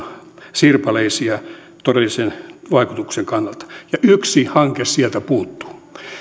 sirpaleisia todellisen vaikutuksen kannalta ja yksi hanke sieltä puuttuu